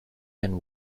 and